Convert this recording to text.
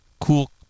cool